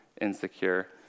insecure